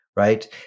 Right